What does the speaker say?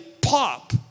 pop